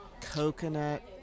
coconut